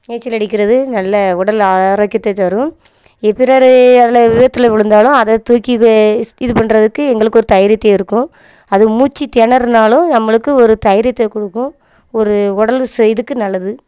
நீச்சல் அடிக்கிறது நல்ல உடல் ஆரோக்கியத்தை தரும் எதிராளி அதில் விபத்தில் விழுந்தாலும் அதை தூக்கி இதை இஸ்க் இது பண்ணுறதுக்கு எங்களுக்கு ஒரு தைரியத்தை இருக்கும் அது மூச்சு திணறுனாலும் நம்மளுக்கு ஒரு தைரியத்தைக் கொடுக்கும் ஒரு உடலு செ இதுக்கு நல்லது